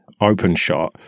OpenShot